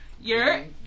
You're-